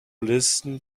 listen